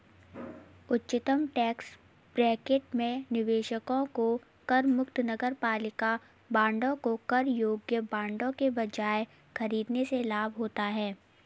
उच्चतम tax bracket में निवेशकों को करमुक्त नगरपालिका बांडों को कर योग्य बांडों के बजाय खरीदने से लाभ होता है